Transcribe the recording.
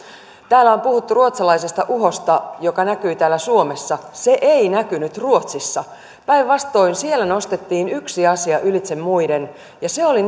täällä on puhuttu ruotsalaisesta uhosta joka näkyy täällä suomessa se ei näkynyt ruotsissa päinvastoin siellä nostettiin yksi asia ylitse muiden ja se oli